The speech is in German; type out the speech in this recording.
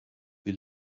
wie